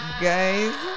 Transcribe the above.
guys